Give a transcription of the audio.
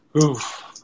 Oof